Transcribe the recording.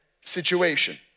situation